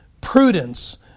prudence